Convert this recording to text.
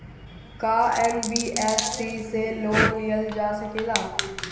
का एन.बी.एफ.सी से लोन लियल जा सकेला?